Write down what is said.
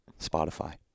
Spotify